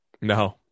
No